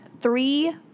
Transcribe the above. three